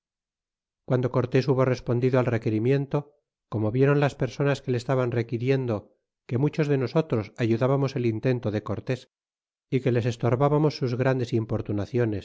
quando cortés hubo respondido al requirirniento como vieron las personas que le estaban requeriendo que muchos de nosotros ayudábamos el intento de cortés y que les estorbábamos sus grandes